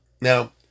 Now